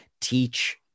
teach